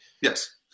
Yes